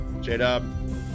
J-Dub